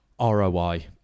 ROI